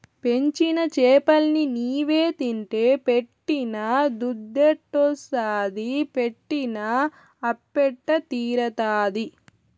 పెంచిన చేపలన్ని నీవే తింటే పెట్టిన దుద్దెట్టొస్తాది పెట్టిన అప్పెట్ట తీరతాది